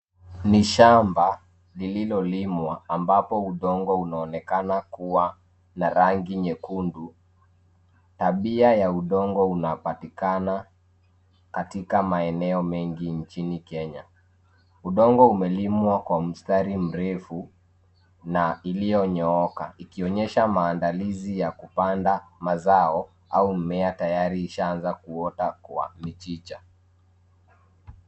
Ni shamba lililolimwa ambapo udongo unaonekana kua na rangi nyekundu, tabia ya udongo unaopatikana katika maeneo mengi nchini Kenya. Udongo umelimwa kwa mstari mrefu na iliyonyooka, ikionyesha maandalizi ya kupanda mazao au mimea tayari ishaanza kuota kwa michicha.